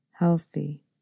Healthy